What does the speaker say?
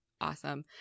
awesome